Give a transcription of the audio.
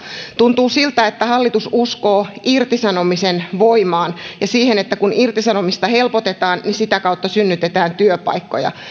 tuntuu siltä että hallitus uskoo irtisanomisen voimaan ja siihen että kun irtisanomista helpotetaan niin sitä kautta synnytetään työpaikkoja